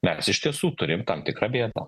mes iš tiesų turim tam tikrą bėdą